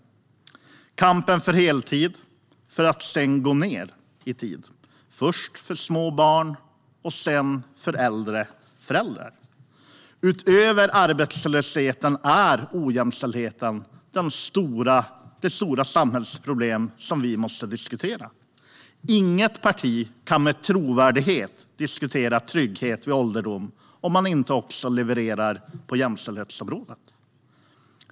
Det är kamp för heltid för att sedan gå ned i tid, först för småbarn och sedan för äldre föräldrar. Utöver arbetslösheten är ojämställdheten det stora samhällsproblem vi måste diskutera. Inget parti kan med trovärdighet diskutera trygghet vid ålderdom om man inte också levererar på jämställdhetsområdet.